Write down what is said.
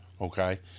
okay